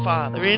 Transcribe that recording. Father